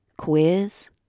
Quiz